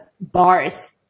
bars